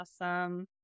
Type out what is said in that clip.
Awesome